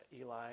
Eli